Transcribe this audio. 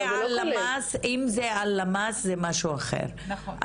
אם זה למ"ס זה משהו אחר,